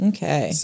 Okay